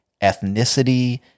ethnicity